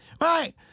Right